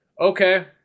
Okay